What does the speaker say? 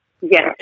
Yes